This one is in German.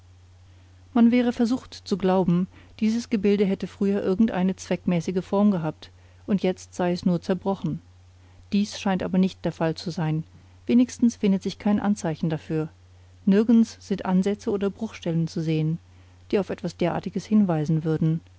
man wäre versucht zu glauben dieses gebilde hätte früher irgendeine zweckmäßige form gehabt und jetzt sei es nur zerbrochen dies scheint aber nicht der fall zu sein wenigstens findet sich kein anzeichen dafür nirgends sind ansätze oder bruchstellen zu sehen die auf etwas derartiges hinweisen würden